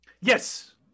Yes